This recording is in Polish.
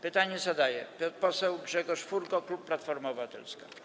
Pytanie zadaje poseł Grzegorz Furgo, klub Platforma Obywatelska.